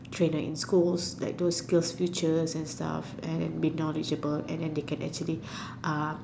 trainer in schools like those skills future and stuffs and be knowledgeable and they can actually be uh